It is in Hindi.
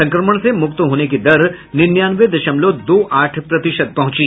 संक्रमण से मुक्त होने की दर निन्यानवे दशमलव दो आठ प्रतिशत पहुंची